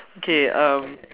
okay uh